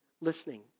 listening